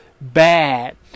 bad